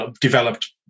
developed